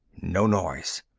no noise.